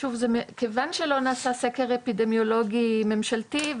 כיוון שלא נעשה סקר אפידמיולוגי ממשלתי,